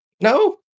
No